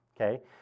okay